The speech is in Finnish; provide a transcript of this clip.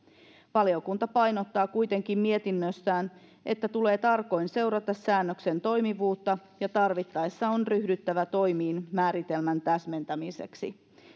valiokunta painottaa kuitenkin mietinnössään että tulee tarkoin seurata säännöksen toimivuutta ja tarvittaessa on ryhdyttävä toimiin määritelmän täsmentämiseksi